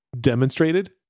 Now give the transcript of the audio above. demonstrated